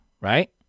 right